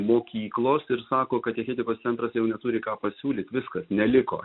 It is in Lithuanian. mokyklos ir sako katechetikos centras jau neturi ką pasiūlyt viskas neliko